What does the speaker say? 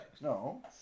No